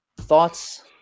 thoughts